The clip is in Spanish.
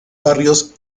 barrios